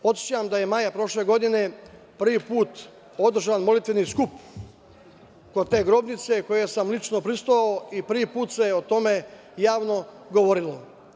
Podsećam da je maja prošle godine prvi put održan molitveni skup kod te grobnice, kojem sam lično prisustvovao, i prvi put se o tome javno govorilo.